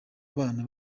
bana